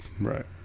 right